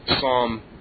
Psalm